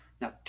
Now